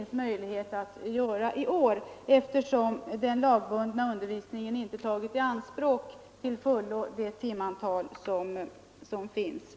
Denna möjlighet finns i år, eftersom den lagbundna undervisningen inte till fullo tagit i anspråk det timantal som står till buds.